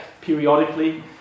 periodically